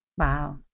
Wow